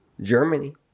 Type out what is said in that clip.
Germany